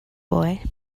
boy